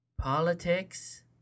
Politics